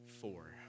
four